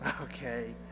okay